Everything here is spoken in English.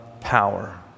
power